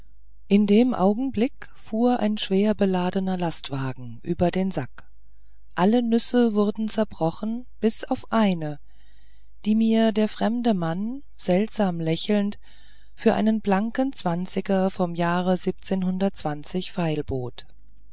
in dem augenblick fuhr ein schwer beladener lastwagen über den sack alle nüsse wurden zerbrochen bis auf eine die mir der fremde mann seltsam lächelnd für einen blanken zwanziger vom jahre feilbot